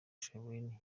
chiellini